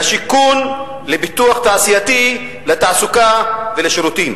לשיכון, לפיתוח תעשייתי, לתעסוקה ולשירותים.